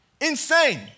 Insane